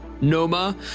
Noma